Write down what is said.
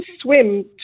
swim